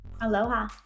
Aloha